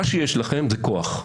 מה שיש לכם זה כוח.